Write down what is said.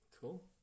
cool